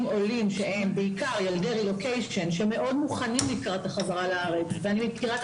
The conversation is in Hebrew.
עולים שמאוד מוכנים לקראת החזרה לארץ ואני מכירה את